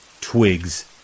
twigs